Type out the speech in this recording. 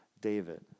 David